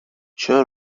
چرا